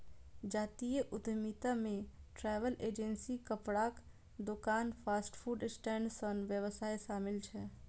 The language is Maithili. जातीय उद्यमिता मे ट्रैवल एजेंसी, कपड़ाक दोकान, फास्ट फूड स्टैंड सन व्यवसाय शामिल छै